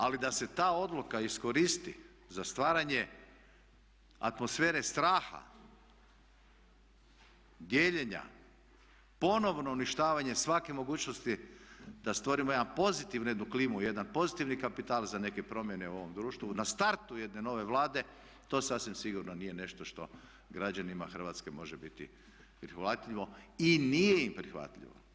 Ali da se ta odluka iskoristi za stvaranje atmosfere straha, dijeljenja, ponovno uništavanje svake mogućnosti da stvorimo jedan pozitivnu klimu, jedan pozitivni kapital za neke promjene u ovom društvu na startu jedne nove Vlade, to sasvim sigurno nije nešto što građanima Hrvatske može biti prihvatljivo i nije im prihvatljivo.